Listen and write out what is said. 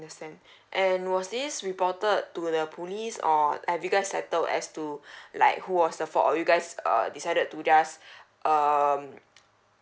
understand and was this reported to the police or have you guys settled as to like who was the fault or you guys err decided to just err